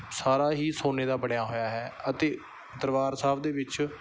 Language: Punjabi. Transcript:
ਸਾਰਾ ਹੀ ਸੋਨੇ ਦਾ ਬਣਿਆ ਹੋਇਆ ਹੈ ਅਤੇ ਦਰਬਾਰ ਸਾਹਿਬ ਦੇ ਵਿੱਚ